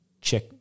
check